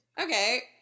Okay